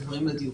דיוקם.